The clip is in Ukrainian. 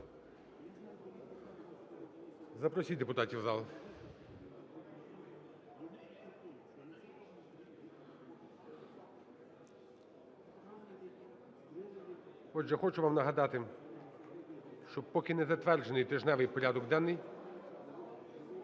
Запросіть депутатів в зал. Отже, хочу вам нагадати, що поки не затверджений тижневий порядок денний,